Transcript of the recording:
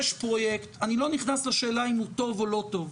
יש פרויקט אני לא נכנס לשאלה אם הוא טוב או לא טוב,